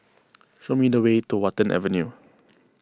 show me the way to Watten Avenue